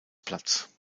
platz